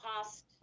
past